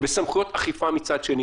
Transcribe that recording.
וסמכויות אכיפה מצד שני.